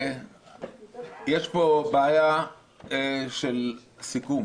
יש פה בעיה של סיכום